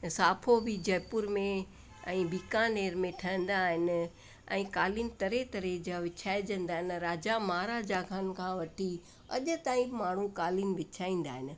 साफ़ो बि जयपुर में ऐं बीकानेर में ठहंदा आहिनि ऐं कालीन तरह तरह जा विछाएजंदा आहिनि राजा महाराजनि खां वठी अॼु ताईं माण्हू कालीन विछाईंदा आहिनि